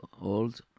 old